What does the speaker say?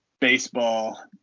baseball